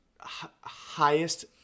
highest